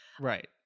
Right